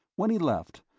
when he left,